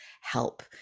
help